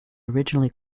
originally